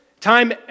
time